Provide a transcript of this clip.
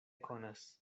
konas